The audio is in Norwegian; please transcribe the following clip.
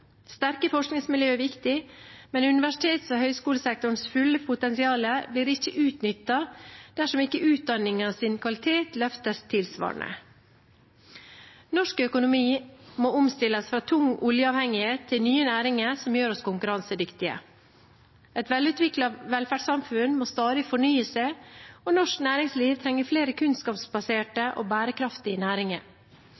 Sterke forskningsmiljøer er viktig, men universitets- og høyskolesektorens fulle potensial blir ikke utnyttet dersom ikke utdanningenes kvalitet løftes tilsvarende. Norsk økonomi må omstilles fra tung oljeavhengighet til nye næringer som gjør oss konkurransedyktige. Et velutviklet velferdssamfunn må stadig fornye seg, og norsk næringsliv trenger flere kunnskapsbaserte